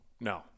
no